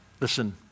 Listen